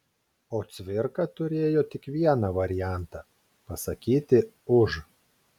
o cvirka turėjo tik vieną variantą pasakyti už